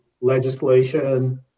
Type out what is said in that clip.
legislation